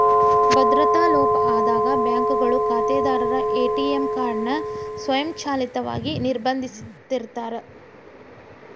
ಭದ್ರತಾ ಲೋಪ ಆದಾಗ ಬ್ಯಾಂಕ್ಗಳು ಖಾತೆದಾರರ ಎ.ಟಿ.ಎಂ ಕಾರ್ಡ್ ನ ಸ್ವಯಂಚಾಲಿತವಾಗಿ ನಿರ್ಬಂಧಿಸಿರ್ತಾರ